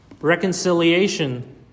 reconciliation